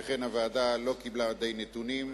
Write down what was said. שכן הוועדה לא קיבלה די נתונים.